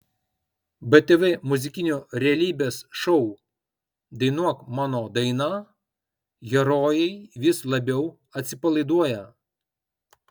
btv muzikinio realybės šou dainuok mano dainą herojai vis labiau atsipalaiduoja